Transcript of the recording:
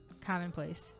Commonplace